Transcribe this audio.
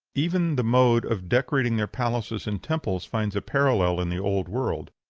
even the mode of decorating their palaces and temples finds a parallel in the old world.